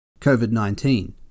COVID-19